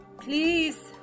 Please